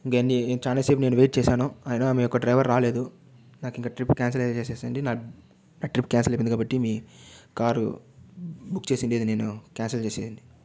కానీ చాలా సేపు నేను వెయిట్ చేశాను అయినా మీ యొక్క డ్రైవర్ రాలేదు నాకింక ట్రిప్ క్యాన్సిల్ చేసేసేయండి నా ట్రిప్ క్యాన్సిల్ అయిపోయింది కాబట్టి మీ కారు బుక్ చేసి ఉండేది నేను క్యాన్సిల్ చేసేయండి